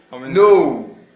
No